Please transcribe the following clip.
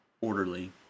orderly